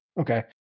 Okay